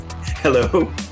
Hello